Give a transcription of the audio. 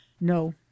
no